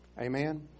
amen